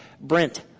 Brent